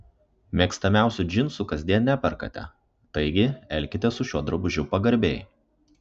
mėgstamiausių džinsų kasdien neperkate taigi elkitės su šiuo drabužiu pagarbiai